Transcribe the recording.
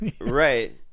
right